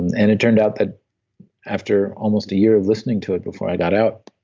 and it turned out that after almost a year of listening to it before i got out,